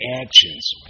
actions